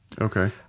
Okay